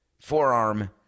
forearm